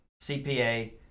cpa